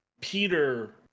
Peter